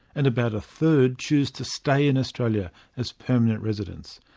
and about a third choose to stay in australia as permanent residents.